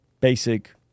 basic